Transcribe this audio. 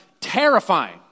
terrifying